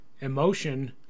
emotion